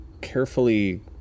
carefully